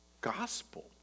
gospel